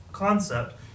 concept